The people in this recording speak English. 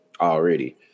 already